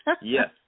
Yes